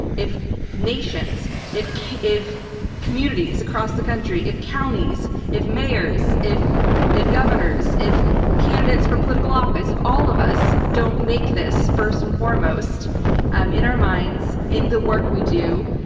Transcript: if nations, if if communities across the country, if counties, if mayors, if if governors, if candidates for political office, if all of us don't make this first and foremost um in our minds, in the work we do,